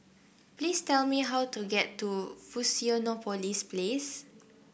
please tell me how to get to Fusionopolis Place